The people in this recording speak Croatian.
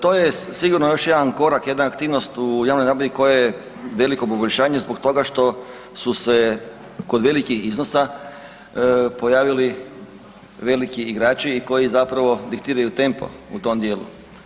To je sigurno još jedan korak, jedna aktivnost u javnoj nabavi koja je veliko poboljšanje zbog toga što su se kod velikih iznosa pojavili igrači koji zapravo i koji zapravo diktiraju tempo u tom djelu.